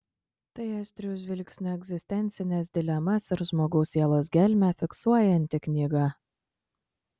tai aštriu žvilgsniu egzistencines dilemas ir žmogaus sielos gelmę fiksuojanti knyga